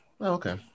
okay